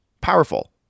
powerful